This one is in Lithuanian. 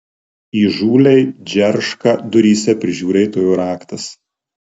įžūliai džerška duryse prižiūrėtojo raktas